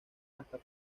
hasta